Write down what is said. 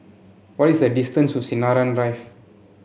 what is the distance to Sinaran Drive